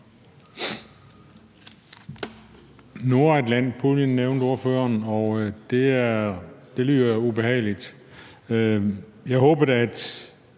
Nordatlantpuljen nævnte ordføreren, og det lyder jo ubehageligt. Jeg håber da,